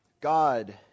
God